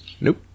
Nope